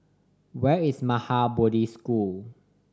where is Maha Bodhi School